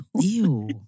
Ew